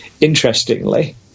interestingly